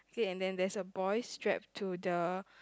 okay and then there's a boy strapped to the